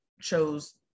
chose